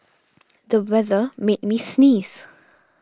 the weather made me sneeze